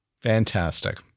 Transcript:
Fantastic